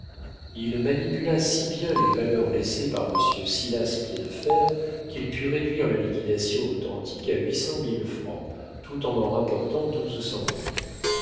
il manipula si bien les valeurs laissées par monsieur silas piédefer qu'il put réduire la liquidation authentique à huit cent mille francs tout en en rapportant